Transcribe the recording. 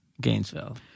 Gainesville